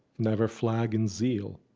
never flag in zeal.